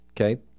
Okay